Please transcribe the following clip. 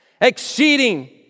exceeding